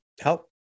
help